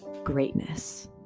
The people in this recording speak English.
Greatness